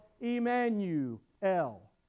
Emmanuel